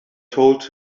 told